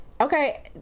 Okay